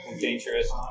Dangerous